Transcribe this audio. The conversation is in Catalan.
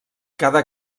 cada